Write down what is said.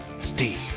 steve